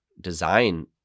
design